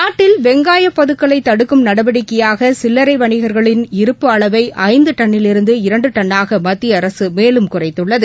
நாட்டில் வெங்காயம் பதுக்கலை தடுக்கும் நடவடிக்கையாக சில்லரை வணிகர்களின் இருப்பு அளவை ஐந்து டன்னிலிருந்து இரண்டு டன்னாக மத்திய அரசு மேலும் குறைத்துள்ளது